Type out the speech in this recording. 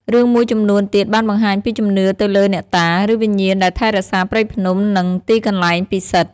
រឿងមួយចំនួនទៀតបានបង្ហាញពីជំនឿទៅលើអ្នកតា ឬវិញ្ញាណដែលថែរក្សាព្រៃភ្នំនិងទីកន្លែងពិសិដ្ឋ។